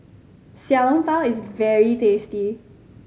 Xiao Long Bao is very tasty